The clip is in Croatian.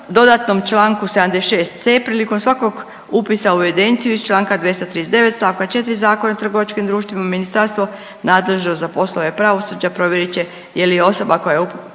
dodatnom čl. 76.c. prilikom svakog upisa u evidenciju iz čl. 239. st. 4. Zakona o trgovačkim društvima ministarstvo nadležno za poslove pravosuđa provjerit će je li osoba koja se upisuje